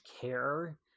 care